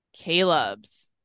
caleb's